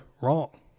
wrong